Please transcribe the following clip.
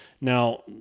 Now